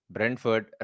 Brentford